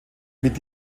mit